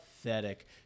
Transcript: pathetic